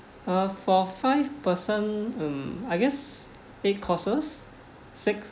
uh for five person um I guess eight courses six